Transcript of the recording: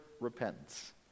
repentance